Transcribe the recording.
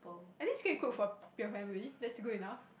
at least still cook for your family that's good enough